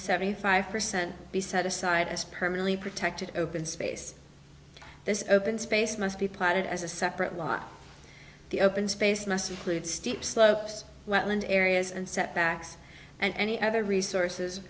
seventy five percent be set aside as permanently protected open space this open space must be planted as a separate line the open space must include steep slopes wetland areas and setbacks and any other resources